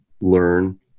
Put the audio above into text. learn